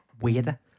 weirder